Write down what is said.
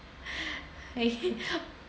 I hate